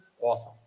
awesome